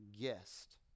guest